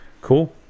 Cool